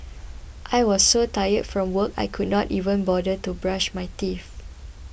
I was so tired from work I could not even bother to brush my teeth